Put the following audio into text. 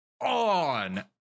On